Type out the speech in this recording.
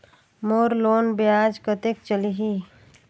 मोर loan ब्याज कतेक चलही?